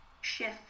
shift